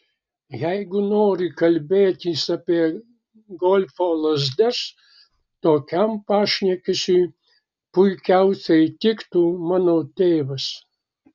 jeigu nori kalbėtis apie golfo lazdas tokiam pašnekesiui puikiausiai tiktų mano tėvas